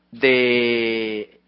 de